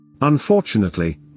Unfortunately